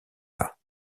pas